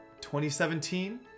2017